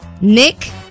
Nick